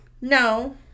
No